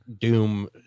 Doom